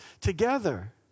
together